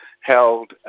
held